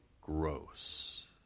gross